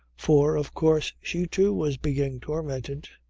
for, of course, she too was being tormented.